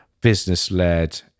business-led